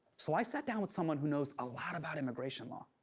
so i sat down with someone who knows a lot about immigration law.